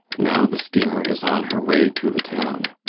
now the steamer is on her way to the town.